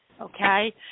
Okay